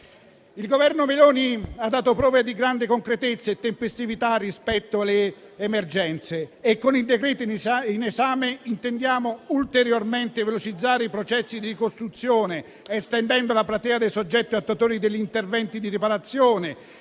Il Governo Meloni ha dato prova di grande concretezza e tempestività rispetto alle emergenze e con i decreti in esame intendiamo ulteriormente velocizzare i processi di ricostruzione, estendendo la platea dei soggetti attuatori degli interventi di riparazione.